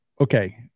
okay